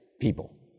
people